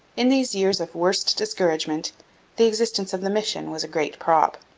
in these years of worst discouragement the existence of the mission was a great prop.